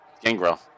Gangrel